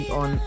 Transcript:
on